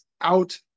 out